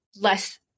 less